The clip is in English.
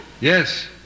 Yes